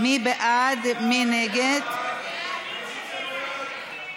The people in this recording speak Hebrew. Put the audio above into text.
סעיפים 4 6 נתקבלו.